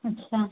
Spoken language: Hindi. अच्छा